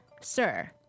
sir